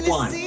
one